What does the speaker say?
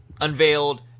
unveiled